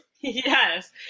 Yes